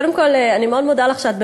קודם כול אני מאוד מודה לך שאת עוקבת